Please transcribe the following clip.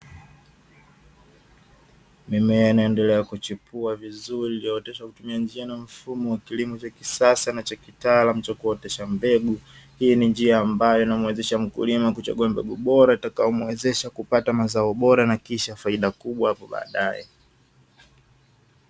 Mimea inaendelea kuchipua vizuri, iliooteshwa kwa kutumia njia na mfumo wa kilimo cha kisasa na cha kitaalamu cha kuotesha mbegu, hii ni njia ambayo inamuwezesha mkulima kuchagua mbegu bora itakayomuwezesha kupata mazao bora na kisha faida kubwa hapo baadaye.